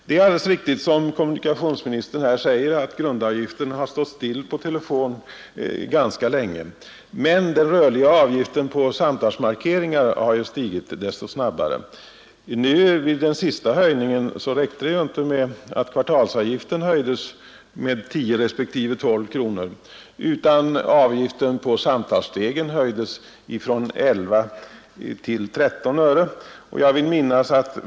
Det är alldeles riktigt som kommunikationsministern säger att grundavgiften för telefon legat stilla ganska länge. Men den rörliga avgiften för samtalsmarkeringar har stigit desto snabbare. Vid den senaste höjningen räckte det inte med att kvartalsavgiften höjdes med 10 respektive 12 kronor, utan avgiften på samtalsmarkeringarna höjdes från 11 till 13 öre.